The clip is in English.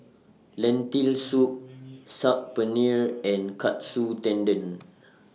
Lentil Soup Saag Paneer and Katsu Tendon